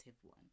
one